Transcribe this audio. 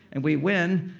and we win,